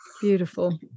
beautiful